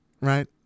right